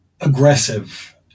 aggressive